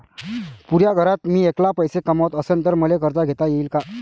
पुऱ्या घरात मी ऐकला पैसे कमवत असन तर मले कर्ज घेता येईन का?